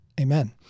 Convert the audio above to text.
Amen